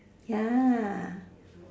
ya